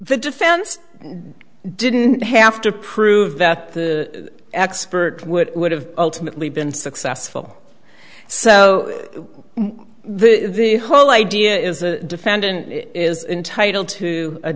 the defense didn't have to prove that the expert would it would have ultimately been successful so the whole idea is a defendant is entitled to a